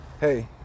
hey